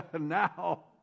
now